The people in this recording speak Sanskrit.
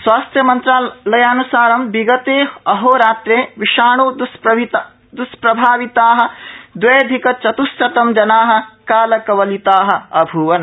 स्वास्थ्य मंत्रालयानुसारं विगते अहोरात्रे विषाणुद्वष्प्रभाविता दवयधिकचत्ःशतं जना कालकवलिता अभूवन्